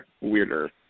weirder